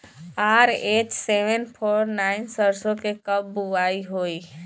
RH seven four nine सरसो के कब बुआई होई?